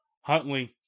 Huntley